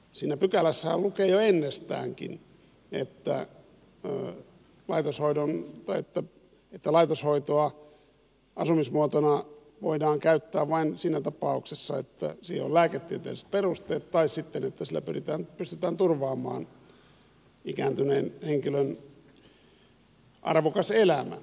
siinä pykälässähän lukee jo ennestäänkin että laitoshoitoa asumismuotona voidaan käyttää vain siinä tapauksessa että siihen on lääketieteelliset perusteet tai että sillä pystytään turvaamaan ikääntyneen henkilön arvokas elämä